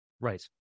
Right